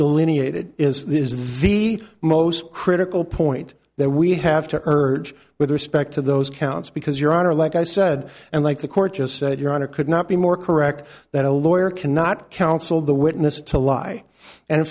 delineated is the most critical point that we have to earn with respect to those counts because your honor like i said and like the court just said your honor could not be more correct that a lawyer cannot counsel the witness to lie and in